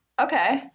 Okay